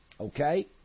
Okay